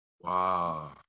Wow